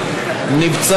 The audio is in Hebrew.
לא נמצאת,